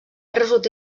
resulta